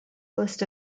list